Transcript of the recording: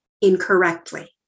incorrectly